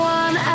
one